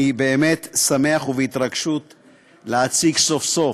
אני באמת שמח ובהתרגשות להציג סוף-סוף,